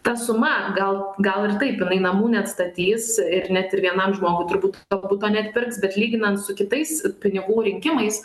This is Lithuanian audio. ta suma gal gal ir taip yra ji namų neatstatys ir net ir vienam žmogui turbūt to buto neatpirks bet lyginant su kitais pinigų rinkimais